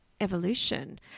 evolution